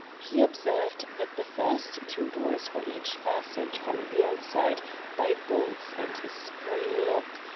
he observed that the first two doors were each fastened from the outside by bolts and a spring lock,